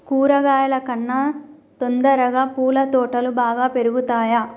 కూరగాయల కన్నా తొందరగా పూల తోటలు బాగా పెరుగుతయా?